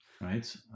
right